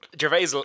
Gervais